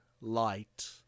light